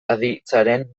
aditzaren